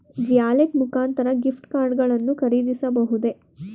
Wallet ಮುಖಾಂತರ gift card ಗಳನ್ನು ಖರೀದಿಸಬಹುದೇ?